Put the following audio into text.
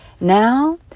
Now